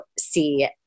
see